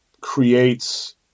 creates